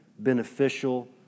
beneficial